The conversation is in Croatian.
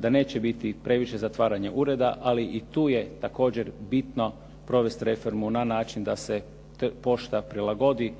Da neće biti previše zatvaranja ureda, ali i tu je također bitno provesti reformu na način da se pošta prilagodi